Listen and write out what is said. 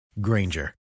Granger